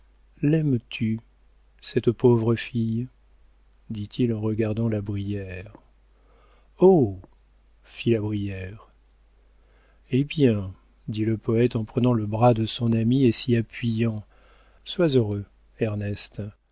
laimes tu cette pauvre fille dit-il en regardant la brière oh fit la brière eh bien dit le poëte en prenant le bras de son ami et s'y appuyant sois heureux ernest